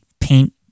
paint